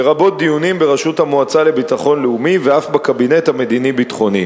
לרבות דיונים בראשות המועצה לביטחון לאומי ואף בקבינט המדיני-ביטחוני.